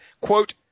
Quote